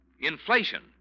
Inflation